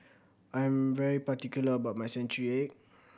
I am very particular about my century egg